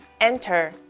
Enter